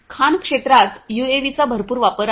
खाण क्षेत्रात तसेच यूएव्हीचा भरपूर वापर आहे